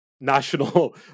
National